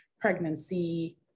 pregnancy